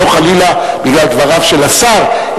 לא חלילה בגלל דבריו של השר,